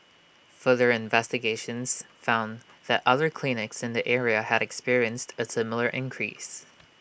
further investigations found that other clinics in the area had experienced A similar increase